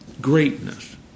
greatness